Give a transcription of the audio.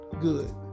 good